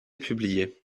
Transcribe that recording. publiés